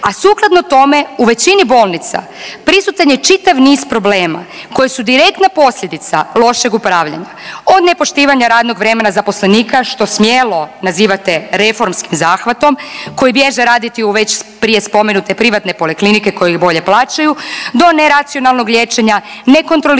a sukladno tome u većini bolnica prisutan je čitav niz problema koji su direktna posljedica lošeg upravljanja od nepoštivanja radnog vremena zaposlenika što smjelo nazivate reformskim zahvatom koji bježe raditi u već prije spomenute privatne poliklinike koje ih bolje plaćaju do neracionalnog liječenja, nekontroliranje